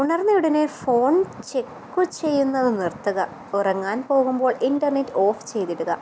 ഉണർന്ന ഉടനെ ഫോൺ ചെക്കുചെയ്യുന്നത് നിർത്തുക ഉറങ്ങാൻ പോകുമ്പോൾ ഇന്റെർനെറ്റ് ഓഫ് ചെയ്തിടുക